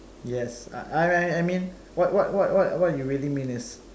yes I I I I mean what what what what you really mean is